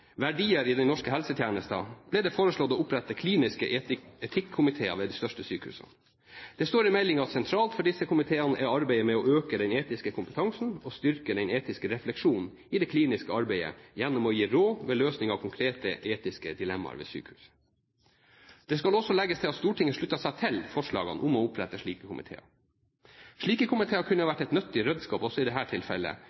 I St.meld. nr. 26 for 1999–2000, Om verdiar i den norske helsetenesta, ble det foreslått å opprette kliniske etikkkomiteer ved de største sykehusene. Det står i meldingen at sentralt for disse komiteene er arbeidet med å øke den etiske kompetansen og styrke den etiske refleksjonen i det kliniske arbeidet, gjennom å gi råd ved løsning av konkrete etiske dilemmaer ved sykehuset. Det skal også legges til at Stortinget sluttet seg til forslaget om å opprette slike komiteer. Slike komiteer kunne ha